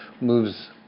moves